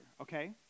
okay